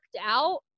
out